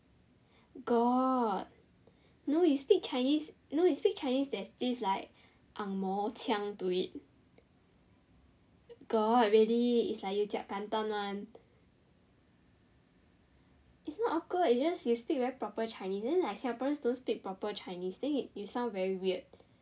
got no you speak chinese no you speak chinese there's this like angmoh 腔 to it got really it's like you jiak kentang [one] it's not awkward it's just you speak very proper chinese then like singaporeans don't speak proper chinese then you sound very weird